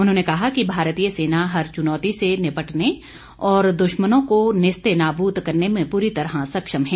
उन्होंने कहा कि भारतीय सेना हर चुनौती से निपटने और दुश्मनों को निस्तेनाबूत करने में पूरी तरह सक्षम है